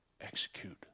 execute